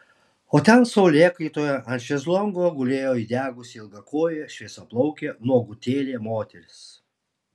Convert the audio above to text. o ten saulėkaitoje ant šezlongo gulėjo įdegusi ilgakojė šviesiaplaukė nuogutėlė moteris